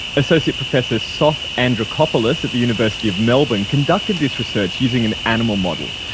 associate professor sof andrikopoulos at the university of melbourne conducted this research using an animal model.